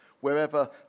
wherever